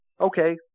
Okay